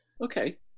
okay